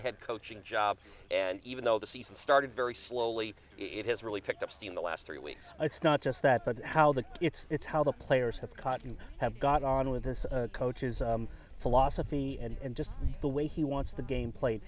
a head coaching job and even though the season started very slowly it has really picked up steam the last three weeks it's not just that but how the it's it's how the players have caught you have got on with this coach's philosophy and just the way he wants the game played